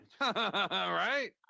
Right